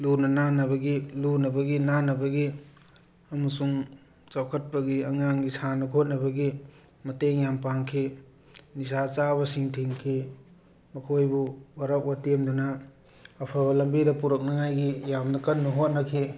ꯂꯨꯅ ꯅꯥꯟꯅꯕꯒꯤ ꯂꯨꯅꯕꯒꯤ ꯅꯥꯟꯅꯕꯒꯤ ꯑꯃꯁꯨꯡ ꯆꯥꯎꯈꯠꯄꯒꯤ ꯑꯉꯥꯡꯒꯤ ꯁꯥꯟꯅ ꯈꯣꯠꯅꯕꯒꯤ ꯃꯇꯦꯡ ꯌꯥꯝ ꯄꯥꯡꯈꯤ ꯅꯤꯁꯥ ꯆꯥꯕꯁꯤꯡ ꯊꯤꯡꯈꯤ ꯃꯈꯣꯏꯕꯨ ꯋꯥꯔꯛ ꯋꯥꯇꯦꯝꯗꯨꯅ ꯑꯐꯕ ꯂꯝꯕꯤꯗ ꯄꯨꯔꯛꯅꯉꯥꯏꯒꯤ ꯌꯥꯝꯅ ꯀꯟꯅ ꯍꯣꯠꯅꯈꯤ